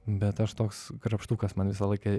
bet aš toks krapštukas man visą laiką